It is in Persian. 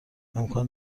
امکان